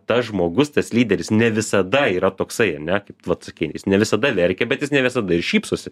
tas žmogus tas lyderis ne visada yra toksai ane kaip tu vat sakei jis ne visada verkia bet jis ne visada ir šypsosi